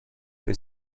que